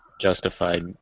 justified